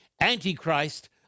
Antichrist